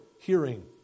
hearing